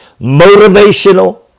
motivational